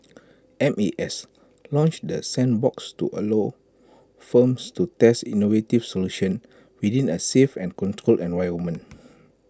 M A S launched the sandbox to allow firms to test innovative solutions within A safe and controlled environment